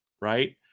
right